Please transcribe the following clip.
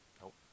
Nope